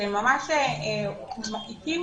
שהקים